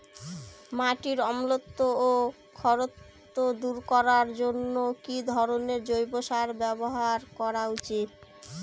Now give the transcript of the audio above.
মাটির অম্লত্ব ও খারত্ব দূর করবার জন্য কি ধরণের জৈব সার ব্যাবহার করা উচিৎ?